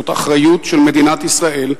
זאת אחריות של מדינת ישראל.